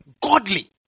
godly